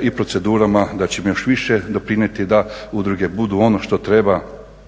i procedurama da će im još više doprinijeti da udruge budu ono što treba